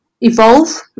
evolve